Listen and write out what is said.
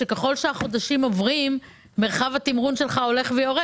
שככל שהחודשים עוברים מרחב התמרון שלך הולך ויורד